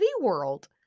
World